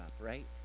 right